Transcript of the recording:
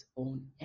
own